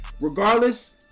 regardless